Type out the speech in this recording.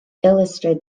illustrate